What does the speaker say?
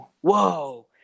Whoa